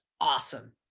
awesome